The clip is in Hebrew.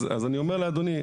אז אני אומר לאדוני.